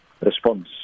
response